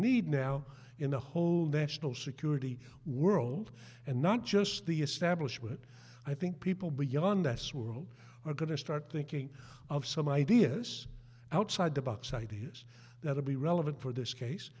need now in the whole there tional security world and not just the establishment i think people beyond us world are going to start thinking of some ideas outside the box ideas that will be relevant for this case